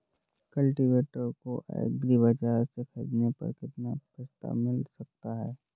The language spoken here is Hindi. कल्टीवेटर को एग्री बाजार से ख़रीदने पर कितना प्रस्ताव मिल सकता है?